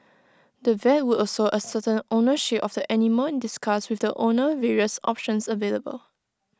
the vet would also ascertain ownership of the animal and discuss with the owner various options available